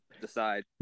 decide